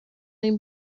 این